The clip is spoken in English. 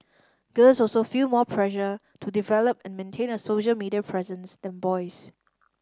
girls also feel more pressure to develop and maintain a social media presence than boys